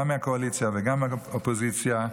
גם מהקואליציה וגם מהאופוזיציה.